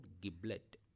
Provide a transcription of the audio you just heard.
Giblet